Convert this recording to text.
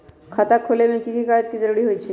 खाता खोले में कि की कागज के जरूरी होई छइ?